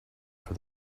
for